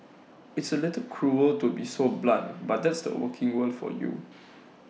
it's A little cruel to be so blunt but that's the working world for you